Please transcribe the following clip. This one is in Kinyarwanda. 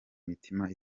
imitima